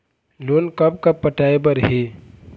Loan कब कब पटाए बर हे?